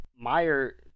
meyer